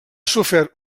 sofert